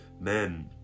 Men